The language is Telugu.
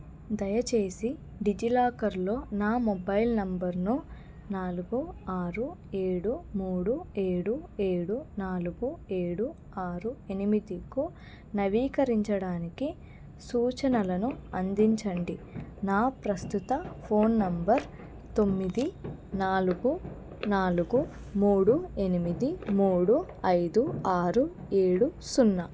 దయచేసి డిజిలాకర్లో నా మొబైల్ నంబర్ను నాలుగు ఆరు ఏడు మూడు ఏడు ఏడు నాలుగు ఏడు ఆరు ఎనిమిదికి నవీకరించడానికి సూచనలను అందించండి నా ప్రస్తుత ఫోన్ నంబర్ తొమ్మిది నాలుగు నాలుగు మూడు ఎనిమిది మూడు ఐదు ఆరు ఏడు సున్నా